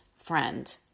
friend